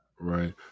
Right